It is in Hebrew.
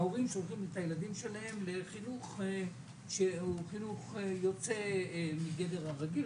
ההורים שולחים את הילדים שלהם לחינוך שהוא חינוך יוצא מגדר הרגיל.